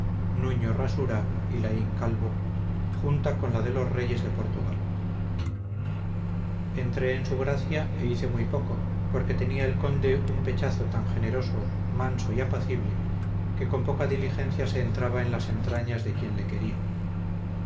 nuño rasura y laín calvo junta con la de los reyes de portugal entré en su gracia e hice muy poco porque tenía el conde un pechazo tan generoso manso y apacible que con poca diligencia se entraba en las entrañas de quien le quería